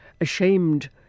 ashamed